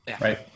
Right